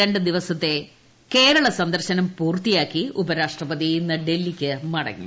രണ്ടു ദിവസത്തെ കേരള സന്ദർശനം പൂർത്തിയാക്കി ഉപരാഷ്ട്രപതി ഇന്നലെ ഡൽഹിക്കു മട ങ്ങി